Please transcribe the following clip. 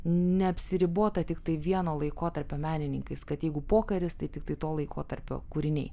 neapsiribota tiktai vieno laikotarpio menininkais kad jeigu pokaris tai tiktai to laikotarpio kūriniai